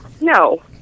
No